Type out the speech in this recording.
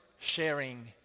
sharing